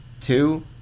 two